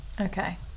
Okay